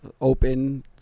open